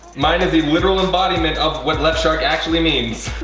mine is a literal embodiment of what left shark actually means.